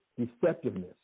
deceptiveness